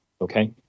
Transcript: okay